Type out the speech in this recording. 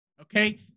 Okay